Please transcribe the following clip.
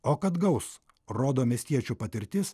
o kad gaus rodo miestiečių patirtis